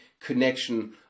connection